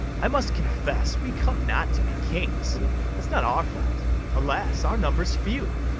i must confess we come not to be kings that's not our fault alas, our number's few!